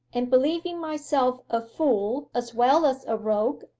and believing myself a fool as well as a rogue,